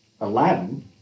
Aladdin